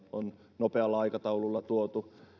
on nopealla aikataululla tuotu